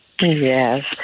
Yes